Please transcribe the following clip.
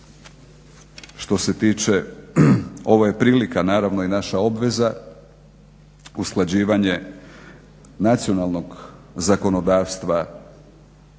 što se tiče ovo je prilika naravno i naša obveza usklađivanje nacionalnog zakonodavstva